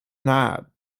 not